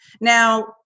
Now